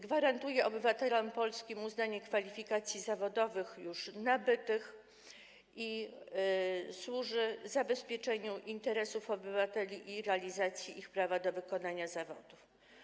Gwarantuje obywatelom polskim uznanie kwalifikacji zawodowych już nabytych i służy zabezpieczeniu interesów obywateli i realizacji ich prawa do wykonywania zawodu.